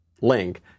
link